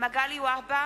מגלי והבה,